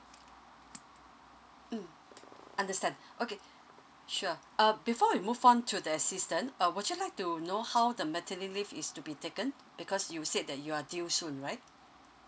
mm understand okay sure uh before we move on to the assistance uh would you like to know how the maternity leave is to be taken because you said that you are due soon right